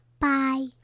Bye